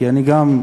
כי אני גם,